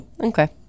Okay